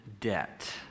debt